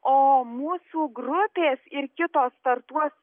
o mūsų grupės ir kitos startuos